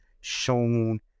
shown